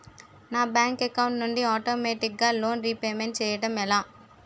నా bank account నుండి ఆటోమేటిగ్గా లోన్ రీపేమెంట్ చేయడం ఎలా?